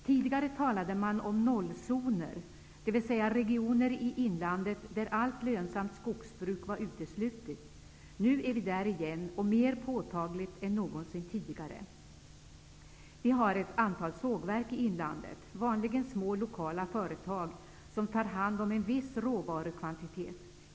Tidigare talade man om 0-zoner, dvs. regioner i inlandet där allt lönsamt skogsbruk var uteslutet. Nu är vi där igen, och dessutom mer påtagligt än någonsin tidigare. Det finns ett antal sågverk i inlandet, vanligen små lokala företag, som tar hand om en viss råvarukvantitet.